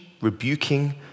rebuking